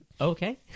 Okay